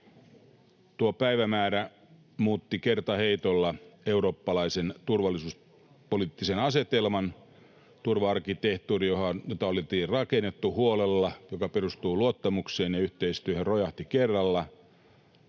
Tuo päivämäärä muutti kertaheitolla eurooppalaisen turvallisuuspoliittisen asetelman. Turva-arkkitehtuuri, jota oltiin rakennettu huolella ja joka perustuu luottamukseen ja yhteistyöhön, rojahti kerralla,